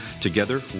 Together